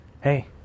hey